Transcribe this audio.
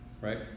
Right